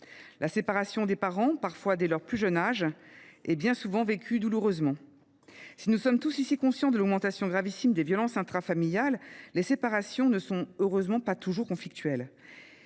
La séparation des parents, parfois dès leur plus jeune âge, est bien souvent vécue douloureusement. Si nous sommes tous ici conscients de l’augmentation gravissime des violences intrafamiliales, les séparations ne sont, heureusement, pas toujours conflictuelles.